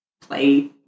play